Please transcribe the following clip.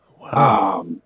Wow